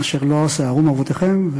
אשר לא שיערום אבותיכם,